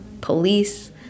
police